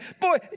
Boy